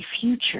future